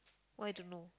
why don't know